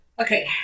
Okay